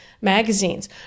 magazines